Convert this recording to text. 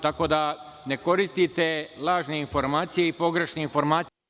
Tako da, ne koristite lažne informacije i pogrešne informacije.